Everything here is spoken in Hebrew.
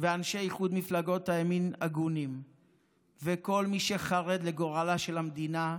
אנשי איחוד מפלגות הימין הגונים וכל מי שחרד לגורלה של המדינה,